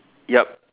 yup